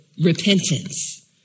repentance